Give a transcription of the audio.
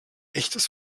echtes